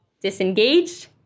disengaged